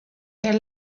their